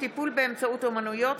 טיפול באמצעות אומנויות),